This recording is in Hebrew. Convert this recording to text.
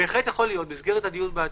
ייתכן במסגרת הדיון בעתירה,